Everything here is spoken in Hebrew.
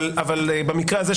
אבל במקרה הזה,